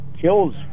kills